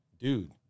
Dude